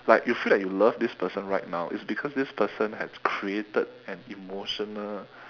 like you feel that you love this person right now is because this person has created an emotional